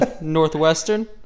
Northwestern